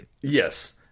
Yes